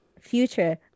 Future